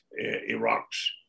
Iraq's